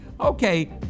okay